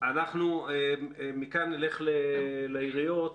מכאן נלך לעיריות.